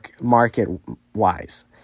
market-wise